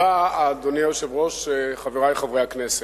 אדוני היושב-ראש, תודה רבה, חברי חברי הכנסת,